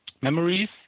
memories